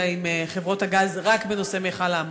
עם חברות הגז רק בנושא מכל האמוניה.